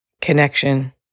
connection